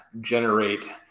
generate